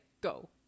go